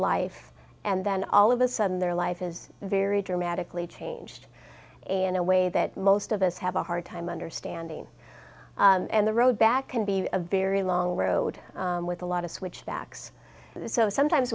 life and then all of a sudden their life is very dramatically changed in a way that most of us have a hard time understanding and the road back can be a very long road with a lot of switchbacks so sometimes